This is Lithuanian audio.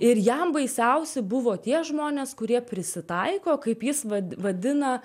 ir jam baisiausi buvo tie žmonės kurie prisitaiko kaip jis va vadina